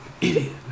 Idiot